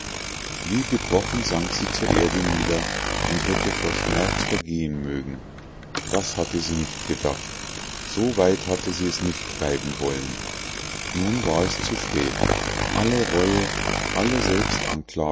wie gebrochen sank sie zur erde nieder und hätte vor schmerz vergehen mögen das hatte sie nicht gedacht so weit hatte sie es nicht treiben wollen nun war es zu spät alle reue alle selbstanklage